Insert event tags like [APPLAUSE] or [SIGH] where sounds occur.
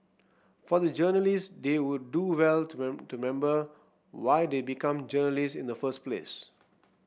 for the journalists they would do well to [UNINTELLIGIBLE] to remember why they become journalists in the first place